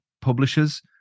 publishers